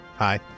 Hi